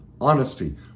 honesty